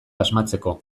asmatzeko